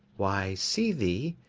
why, see thee,